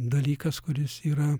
dalykas kuris yra